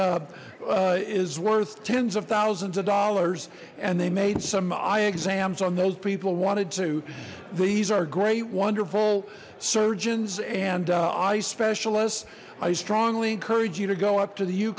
is worth tens of thousands of dollars and they made some eye exams on those people wanted to these are great wonderful surgeons and eye specialists i strongly encourage you to go up to the you